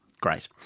Great